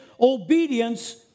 obedience